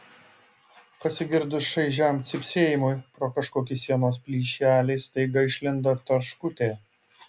pasigirdus šaižiam cypsėjimui pro kažkokį sienos plyšelį staiga išlindo tarškutė